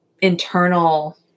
internal